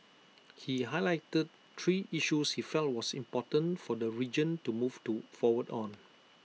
he highlighted three issues he felt was important for the region to move to forward on